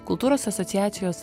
kultūros asociacijos